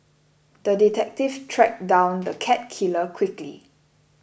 the detective tracked down the cat killer quickly